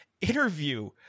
interview